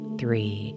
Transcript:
three